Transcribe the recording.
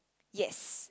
yes